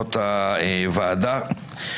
ישיבות הוועדה.